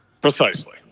Precisely